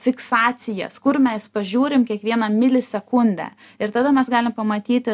fiksacijas kur mes pažiūrim kiekvieną milisekundę ir tada mes galim pamatyti